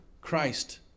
Christ